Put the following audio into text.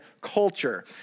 culture